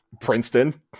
Princeton